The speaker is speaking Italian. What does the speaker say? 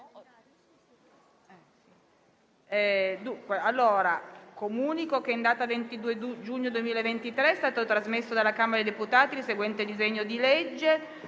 Comunico che in data 22 giugno 2023 è stato trasmesso dalla Camera dei deputati il seguente disegno di legge: